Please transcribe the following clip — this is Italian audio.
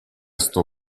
sto